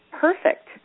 perfect